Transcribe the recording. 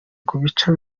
kubica